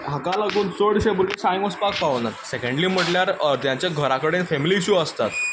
हाका लागून चडशे भुरगे शाळेंत वचपाक पावनात सॅकेंडली म्हणल्यार अर्द्यांचे घरा कडेन फेमिली इश्यू आसतात